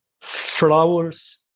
flowers